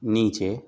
نیچے